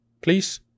Please